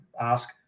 ask